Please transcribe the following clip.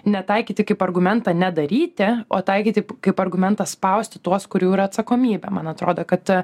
ne taikyti kaip argumentą nedaryti o taikyti kaip argumentą spausti tuos kurių yra atsakomybė man atrodo kad